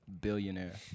Billionaire